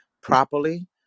properly